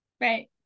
right